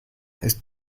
ist